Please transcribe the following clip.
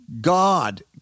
God